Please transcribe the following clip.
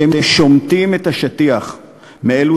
אתם שומטים את השטיח מתחת רגליהם של אלו